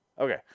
Okay